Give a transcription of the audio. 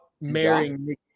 marrying –